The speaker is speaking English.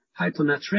hyponatremia